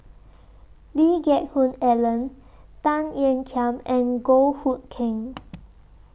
Lee Geck Hoon Ellen Tan Ean Kiam and Goh Hood Keng